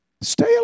Stay